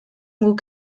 guk